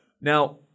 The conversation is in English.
Now